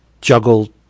juggle